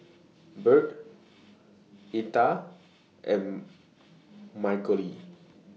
Birt Etta and Michaele